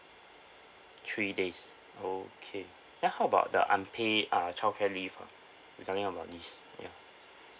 three days okay then how about the unpaid uh childcare leave ah regarding about this ya